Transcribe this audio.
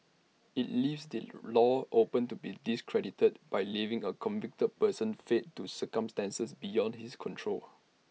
IT leaves the law open to be discredited by leaving A convicted person fate to circumstances beyond his control